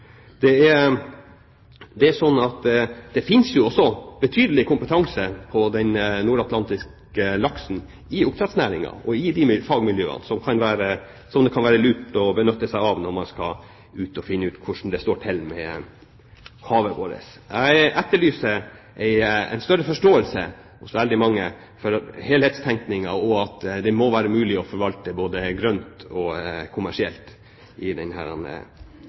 Det fins også betydelig kompetanse på den nordatlantiske laksen, i oppdrettsnæringen og i fagmiljøene som det kan være lurt å benytte seg av når man skal finne ut hvordan det står til med havet vårt. Jeg etterlyser en større forståelse hos mange for helhetstenkning, og at det må være mulig å forvalte både grønt og kommersielt